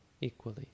equally